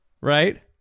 right